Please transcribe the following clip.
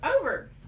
over